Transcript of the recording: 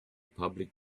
public